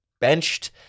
benched